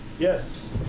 yes.